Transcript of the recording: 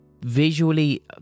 visually